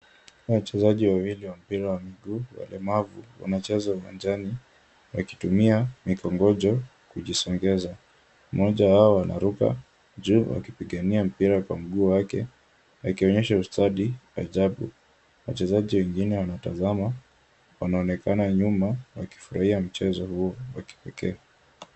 Wachezaji wawili wa mpira wa miguu walemavu wanacheza uwanjani wakitumia mikongojo kujisongeza. Mmoja wao anaruka juu akipigania mpira kwa mguu wake akionyesha ustadi ajabu. Wachezaji wengine wanamtazama, wanaonekana nyuma wakifurahia mchezo huo wa kipekee.